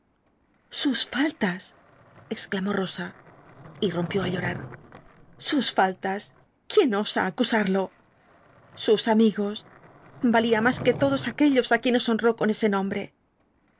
sus faltas exclamó il osa y rompió á llorar sus fallas quién osa acusado sus amigos valía mas que lodos aquellos ü quienes honró con ese nombre